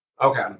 Okay